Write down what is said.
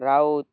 Raut